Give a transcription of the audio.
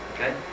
Okay